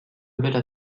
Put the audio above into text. nouvelle